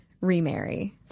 remarry